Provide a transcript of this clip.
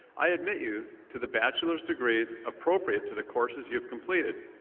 i admit you to the bachelor's degrees appropriate to the courses you have completed.